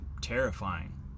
terrifying